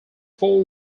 four